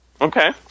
Okay